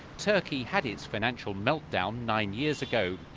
turkey had its financial meltdown nine years ago.